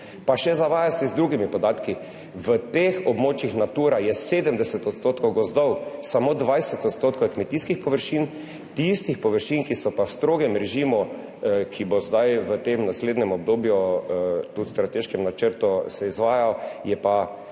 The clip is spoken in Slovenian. Pa še zavaja se z drugimi podatki. V teh območjih Natura je 70 % gozdov, samo 20 % kmetijskih površin. Tistih površin, ki so pa v strogem režimu, ki bo zdaj v tem naslednjem obdobju tudi v strateškem načrtu se izvajal. Je pa